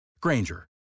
Granger